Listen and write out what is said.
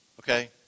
okay